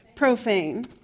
Profane